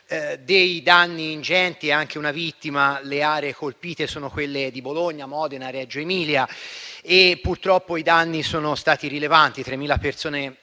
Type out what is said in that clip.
danni ingenti e anche una vittima. Le aree colpite sono quelle di Bologna, Modena e Reggio-Emilia e purtroppo i danni sono stati rilevanti: 3.000 persone